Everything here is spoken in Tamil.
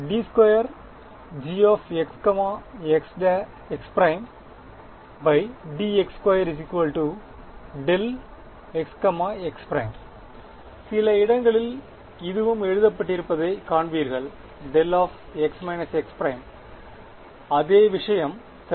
d2Gxxdx2xx சில இடங்களில் இதுவும் எழுதப்பட்டிருப்பதைக் காண்பீர்கள் δx − x′ அதே விஷயம் சரி